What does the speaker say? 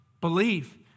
believe